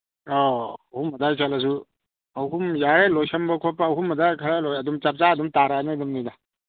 ꯑꯧ ꯑꯍꯨꯝ ꯑꯗꯥꯏ ꯆꯠꯂꯁꯨ ꯑꯍꯨꯝ ꯌꯥꯔꯦ ꯂꯣꯏꯁꯤꯟꯕ ꯈꯣꯠꯄ ꯑꯍꯨꯝ ꯑꯗꯥꯏ ꯆꯞ ꯆꯥ ꯑꯗꯨꯝ ꯇꯥꯔꯛꯑꯗꯧꯅꯤꯗ